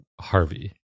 Harvey